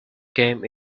came